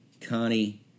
Connie